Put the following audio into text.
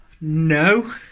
No